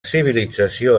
civilització